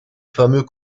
fameux